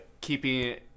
keeping